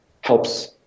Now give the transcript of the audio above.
helps